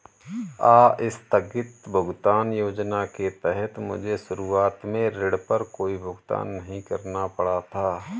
आस्थगित भुगतान योजना के तहत मुझे शुरुआत में ऋण पर कोई भुगतान नहीं करना पड़ा था